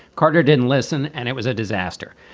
carter didn't listen. and it was a disaster.